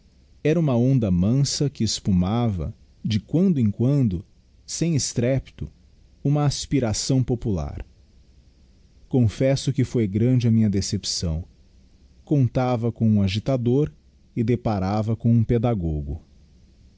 era uma onda mansa que espumava de quando em quando sem estrépito uma aspiração podigiti zedby google pular confesso que foi grande a rainha decepção contava com um agitador e deparava com um pedagogo